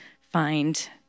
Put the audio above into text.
find